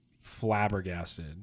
flabbergasted